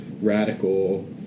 radical